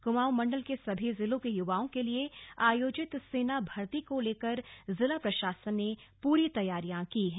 कुमाऊं मंडल के सभी जिलों के युवाओ के लिए आयोजित सेना भर्ती को लेकर जिला प्रशासन ने पूरी तैयारियां की हैं